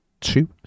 two